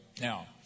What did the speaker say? Now